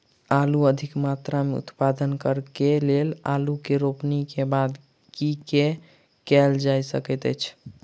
आलु अधिक मात्रा मे उत्पादन करऽ केँ लेल आलु केँ रोपनी केँ बाद की केँ कैल जाय सकैत अछि?